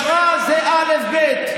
יושרה זה אלף-בית.